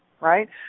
right